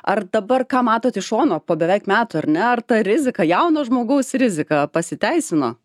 ar dabar ką matot iš šono po beveik metų ar ne ar ta rizika jauno žmogaus rizika pasiteisino